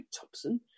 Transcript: Thompson